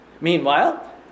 Meanwhile